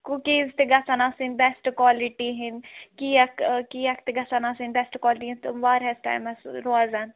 cookies تہِ گژھن آسٕنۍ بیٚسٹ کالِٹی ہٕنٛدۍ کیک آ کیک تہِ گژھن آسٕنۍ بیٚسٹہٕ کالٹی ہٕنٛدۍ تِم واریاہَس ٹایمَس روزَن